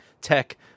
tech